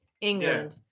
England